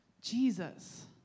Jesus